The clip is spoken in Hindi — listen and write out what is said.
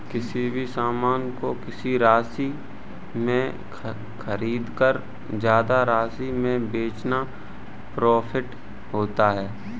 किसी भी सामान को किसी राशि में खरीदकर ज्यादा राशि में बेचना प्रॉफिट होता है